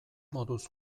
moduz